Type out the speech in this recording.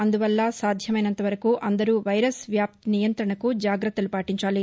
అందువల్ల సాధ్యమైనంత వరకూ అందరూ వైరస్ వ్యాప్తి నియంత్రణకు జాగ్రత్తలు పాటించాలి